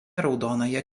raudonąją